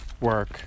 work